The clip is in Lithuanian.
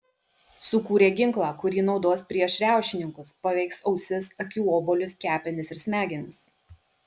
sukūrė ginklą kurį naudos prieš riaušininkus paveiks ausis akių obuolius kepenis ir smegenis